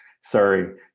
sorry